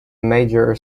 major